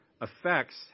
affects